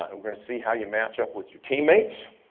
and we're gonna see how you match up with your team mates,